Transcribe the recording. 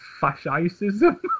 Fascism